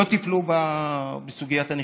לא טיפלו בסוגיית הנכים,